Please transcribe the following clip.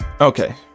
Okay